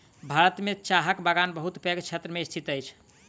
भारत में चाहक बगान बहुत पैघ क्षेत्र में स्थित अछि